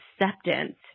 acceptance –